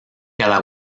cada